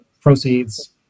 proceeds